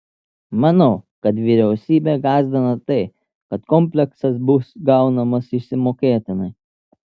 manau kad vyriausybę gąsdina tai kad kompleksas bus gaunamas išsimokėtinai